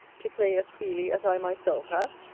to play as freely as i myself have?